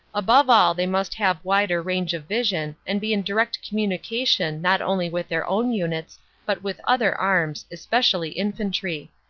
above all they must have wider range of vision and be in direct communication not only with their own units but with other arms, especially infantry.